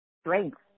strength